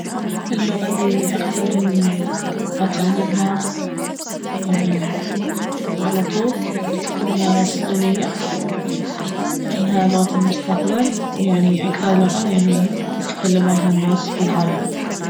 اللغة الي اختار اني اتعلمها يعني على طول بتكون الصينية لانها لغة المستقبل ويعني اكثر لغة يعني يتكلمونها الناس في العالم